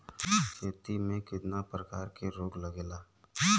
खेती में कितना प्रकार के रोग लगेला?